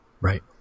right